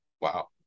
Wow